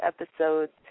episodes